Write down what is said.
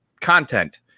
content